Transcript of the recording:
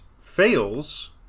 fails